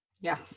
Yes